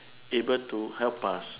able to help us